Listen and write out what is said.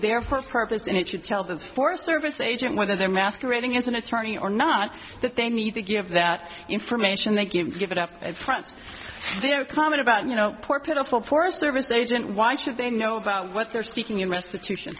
their purpose and it should tell the forest service agent whether they're masquerading as an attorney or not that they need to give that information they can't give it up prints their comment about you know poor pitiful poor service agent why should they know about what they're seeking in restitution